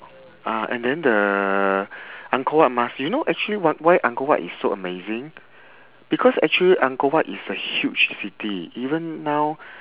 uh and then the angkor wat must you know actually wh~ why angkor wat is so amazing because actually angkor wat is a huge city even now